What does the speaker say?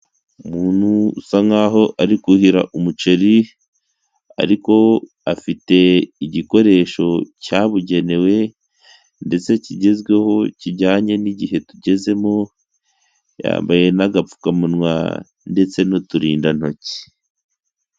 Umuntu usa nkaho ari kuhira umuceri ariko afite igikoresho cyabugenewe ndetse kigezweho kijyanye n'igihe tugezemo. Yambaye n'agapfukamunwa ndetse n'uturindantoki.